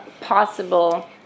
possible